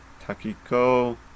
Takiko